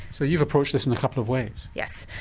so you've approached this in a couple of ways. yes,